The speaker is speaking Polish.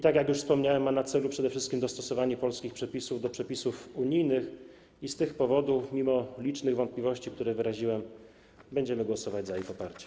Tak jak już wspomniałem, ma na celu przede wszystkim dostosowanie polskich przepisów do przepisów unijnych i z tych powodów - mimo licznych wątpliwości, które wyraziłem - będziemy głosować za jego poparciem.